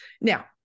Now